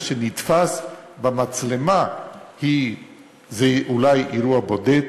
מה שנתפס במצלמה זה אולי אירוע בודד,